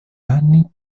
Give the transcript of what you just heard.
anni